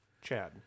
Chad